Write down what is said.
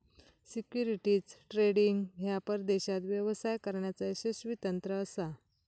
securities trading ह्या परदेशात व्यवसाय करण्याचा यशस्वी तंत्र असा